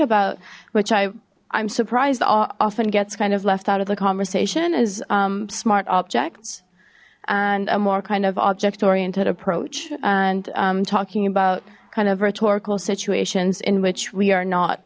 about which i i'm surprised i often gets kind of left out of the conversation is smart objects and a more kind of object oriented approach and talking about kind of rhetorical situations in which we are not